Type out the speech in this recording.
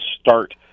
start